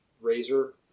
razor